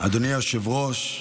אדוני היושב-ראש,